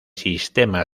sistema